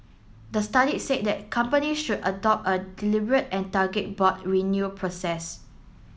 the study said that company should adopt a deliberate and target board renewal process